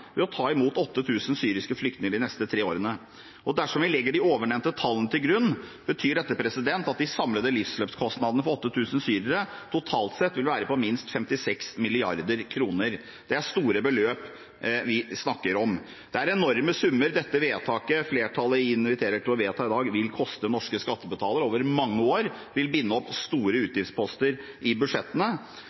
ved å ta imot 8 000 syriske flyktninger de neste tre årene. Dersom vi legger de ovennevnte tallene til grunn, betyr dette at de samlede livsløpskostnadene for 8 000 syrere totalt sett vil være på minst 56 mrd. kr. Det er store beløp vi snakker om. Det er enorme summer dette vedtaket som flertallet inviterer til å fatte i dag, vil koste norske skattebetalere over mange år, og det vil binde opp store utgiftsposter i budsjettene.